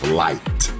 light